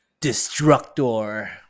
destructor